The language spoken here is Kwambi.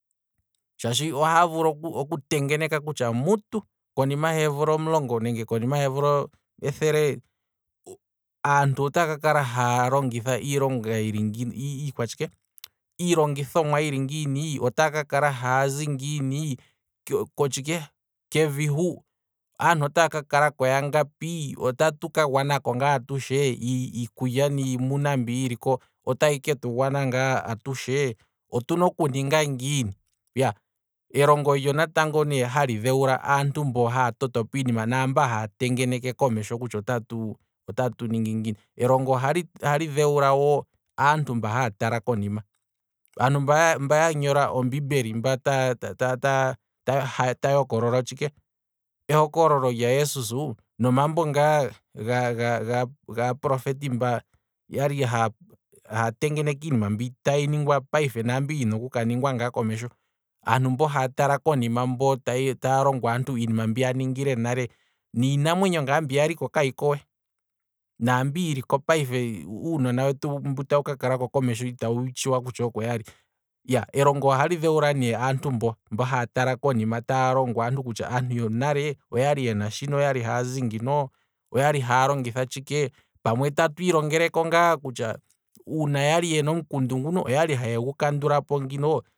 Shaashi ohaya vulu oku tengeneka kutya mutu, konima yeemvula omulongo nenge konima yeemvula ethele, aantu otaa kaka la haya longitha iilonga yili ngiini, iikwatshike, iilongithomwa yili ngiini, otaa kakala haya zi ngiini, kothike, kevi hu aantu otaya ka kalako yangapi, otatu ka gwanako ngaa atushe, iikulya niimuna mbi yiliko otayi ketu gwana ngaa atushe, otuna okuninga, elongo olyo natango hali dhe wula aantu mba haya toto po iinima naamba haya tengeneke komesho kutya otatu otatu ningi ngiini, elongo ohali dhewula wo aantu mbahaya tala konima, aantu mba ya nyola ombiimbeli mba taa- ta- ta- taya okolola tshike ehokololo lyajesus, nomambo ngaa ga- ga- ga prophet mba yali haa tengeneke iinima mbi tayi ningwa payife naambi tayi kaningwa ngaa komesho, aantu mbo haya tala konima taya lombwele aantu iinima mbi yaningwa nale, niinamwenyo ngaa mbi yaliko kayiko we naambyo yiliko payife, uunona wetu mbu tawu ka kalako komesho itawu tshuwa kutya iinamwenyo mbyono oko yali, elongo ohali dhewula nee aantu mbo haya tala konima taa longo aantu kutya aantu yonale, oyali yena shino, oyali haazi ngino, oyali haya longitha tshike, pamwe tatu ilongeleko ngaa kutya uuna yali yena omukundu nguno oyali haye gu kkandulapo ngino